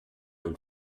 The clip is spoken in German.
und